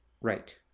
Right